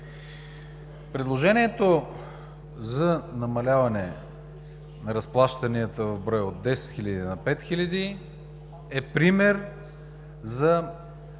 Предложението за намаляване на разплащанията в брой – от 10 хиляди на 5 хиляди, е пример за